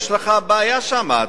יש לך בעיה שם,